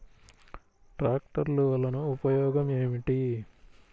ట్రాక్టర్లు వల్లన ఉపయోగం ఏమిటీ?